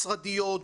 משרדיות,